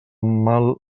mal